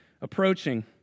approaching